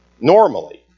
normally